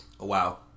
Wow